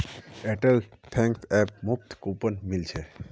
Airtel Thanks ऐपत मुफ्त coupon मिल छेक